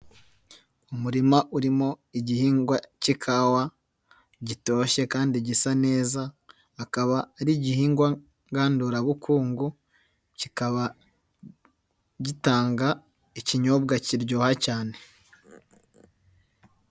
Umurima urimo igihingwa cy'ikawa, gitoshye kandi gisa neza, akaba ari igihingwa ngandurabukungu, kikaba gitanga ikinyobwa kiryoha cyane.